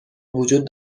وجود